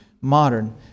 modern